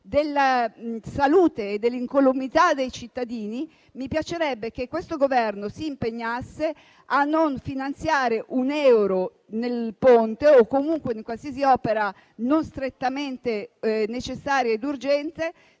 della salute e dell'incolumità dei cittadini, mi piacerebbe che questo Governo si impegnasse a non finanziare con un solo euro il Ponte o comunque qualsiasi opera non strettamente necessaria e urgente,